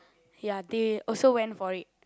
ya they also went for it